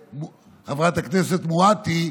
של חברת הכנסת מיכל וולדיגר.